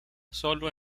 sólo